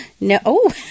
No